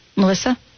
Melissa